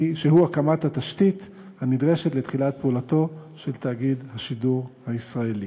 שהוא הקמת התשתית הנדרשת לתחילת פעולתו של תאגיד השידור הישראלי.